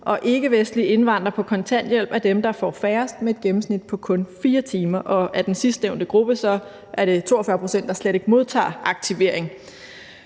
og ikkevestlige indvandrere på kontanthjælp er dem, der får færrest, med et gennemsnit på kun 4 timer, og af den sidstnævnte gruppe er det 42 pct., der slet ikke modtager aktivering.